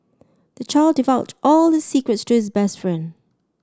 the child divulged all his secrets to his best friend